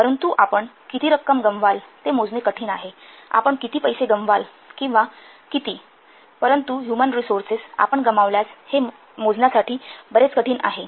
परंतु आपण किती रक्कम गमावाल ते मोजणे कठीण आहे आपण किती पैसे गमावाल किंवा किती परंतु ह्युमन रिसोर्सेस आपण गमावल्यास ते आहे मोजण्यासाठी बरेच कठीण आहे